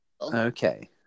Okay